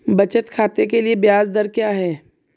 बचत खाते के लिए ब्याज दर क्या है?